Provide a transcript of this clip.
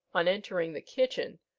on entering the kitchen,